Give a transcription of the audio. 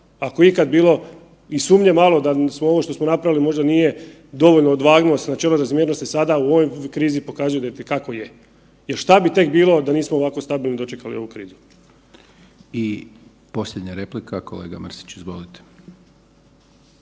ako je ikad bilo i sumnje malo da smo ovo što smo napravili možda nije dovoljno odvagnuo se načelo razmjernosti sada u ovoj krizi pokazuje da i te kako je. Jel šta bi tek bilo da nismo ovako stabilno dočekali ovu krizu. **Hajdaš Dončić, Siniša (SDP)** I posljednja replika, kolega Mrsić izvolite.